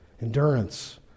Endurance